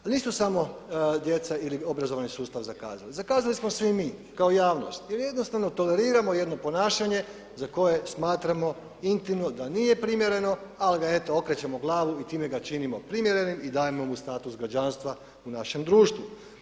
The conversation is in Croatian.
Ali nisu samo djeca ili obrazovni sustav zakazali, zakazali smo svi mi kao javnost jer jednostavno toleriramo jedno ponašanje za koje smatramo intimno da nije primjereno ali ga eto okrećemo glavu i time ga činimo primjerenim i dajemo mu status građanstva u našem društvu.